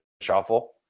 shuffle